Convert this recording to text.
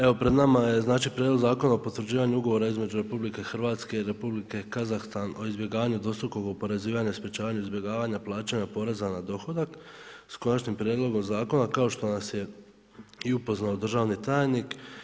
Evo pred nama je znači Prijedlog zakona o potvrđivanju ugovora između RH i Republike Kazahstan o izbjegavanju dvostrukog oporezivanja i sprječavanju izbjegavanja plaćanja poreza na dohodak s konačnim prijedlogom zakona kao što nas je i upoznao državni tajnik.